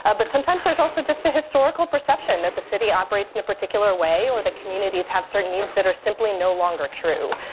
ah but sometimes there's also just a historical perception that the city operates in a particular way. or the communities have certain needs that are simply no longer true.